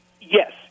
yes